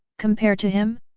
compare to him?